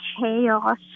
chaos